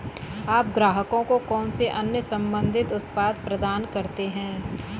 आप ग्राहकों को कौन से अन्य संबंधित उत्पाद प्रदान करते हैं?